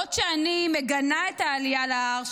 בעוד אני מגנה את העלייה להר,